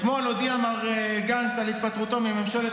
אתמול הודיע מר גנץ על התפטרותו מממשלת